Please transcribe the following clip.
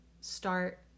start